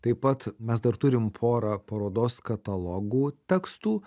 taip pat mes dar turim porą parodos katalogų tekstų